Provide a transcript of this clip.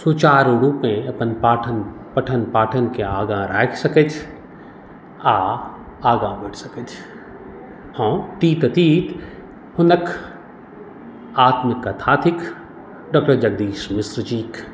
सुचारू रूपेण अपन पाठन पठन पाठनकेँ आगाँ राखि सकथि आ आगाँ बढ़ि सकथि हँ तीत अतीत हुनक आत्मकथा थिक डॉक्टर जगदीश मिश्र जीक